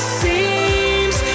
seems